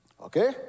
Okay